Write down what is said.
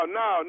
no